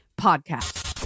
Podcast